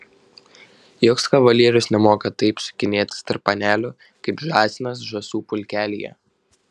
joks kavalierius nemoka taip sukinėtis tarp panelių kaip žąsinas žąsų pulkelyje